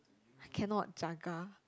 I cannot jaga